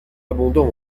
abondants